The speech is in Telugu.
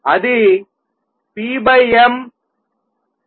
అది p m